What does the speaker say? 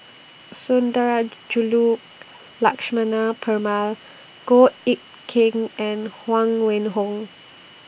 Sundarajulu Lakshmana Perumal Goh Eck Kheng and Huang Wenhong